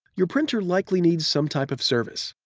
your printer likely needs some type of service.